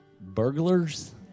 Burglars